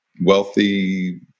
wealthy